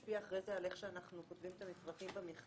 כך משפיע על איך אנחנו כותבים את המפרטים במכרזים.